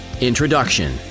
Introduction